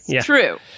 True